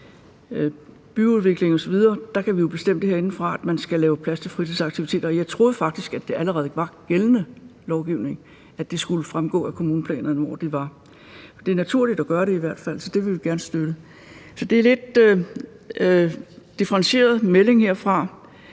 byudvikling osv. Der kan vi jo bestemme herindefra, at man skal gøre plads til fritidsaktiviteter, og jeg troede faktisk, at det allerede var gældende lovgivning, altså at det skulle fremgå af kommuneplanerne, hvor de var. Det er i hvert fald naturligt at gøre det, så det vil vi gerne støtte. Det er en lidt differentieret melding herfra.